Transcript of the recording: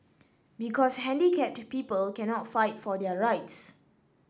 because handicapped people cannot fight for their rights